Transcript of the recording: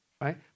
right